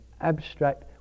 abstract